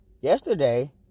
yesterday